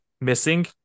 missing